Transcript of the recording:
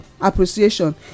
appreciation